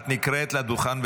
את נקראת לדוכן,